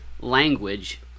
language